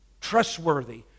Trustworthy